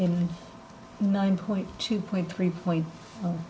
in nine point two point three point